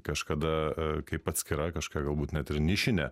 kažkada kaip atskira kažkokia galbūt net ir nišinė